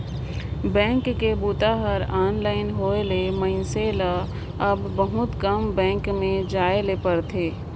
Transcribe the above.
bank के बूता हर ऑनलाइन होए ले मइनसे ल अब बहुत कम बेंक में जाए ले परथे